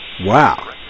wow